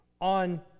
on